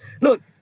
look